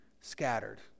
scattered